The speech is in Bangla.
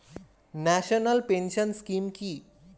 ন্যাশনাল পেনশন স্কিম কি?